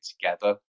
together